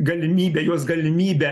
galimybę juos galimybę